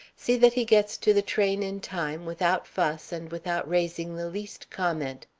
see that he gets to the train in time, without fuss and without raising the least comment.